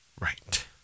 Right